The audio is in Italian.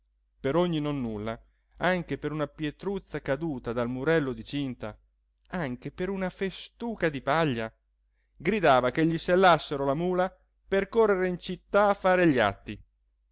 per ogni nonnulla anche per una pietruzza caduta dal murello di cinta anche per una festuca di paglia gridava che gli sellassero la mula per correre in città a fare gli atti